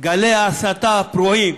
גלי ההסתה הפרועים